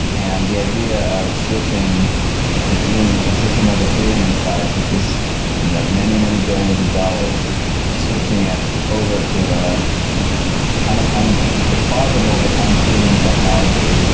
and the idea of switching you know even a system of ethereum size, which is in the many, many billions of dollars switching it over to ah kind of and to possible but unproven technology,